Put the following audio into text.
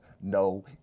No